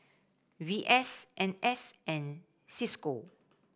V S N S and Cisco